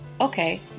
okay